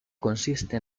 consiste